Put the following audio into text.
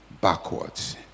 backwards